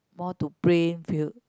more to print feel